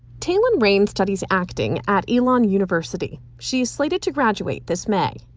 taylyn reine studies acting at elon university. she's slated to graduate this may.